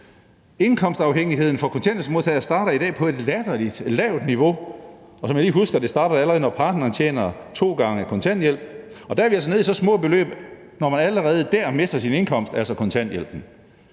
Indkomstafhængighed for kontanthjælpsmodtagere starter i dag på et latterlig lavt niveau. Som jeg lige husker det, starter det allerede, når partneren tjener to gange kontanthjælp, og der er vi altså nede i så små beløb, når man allerede dér mister sin indkomst, altså kontanthjælpen.